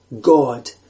God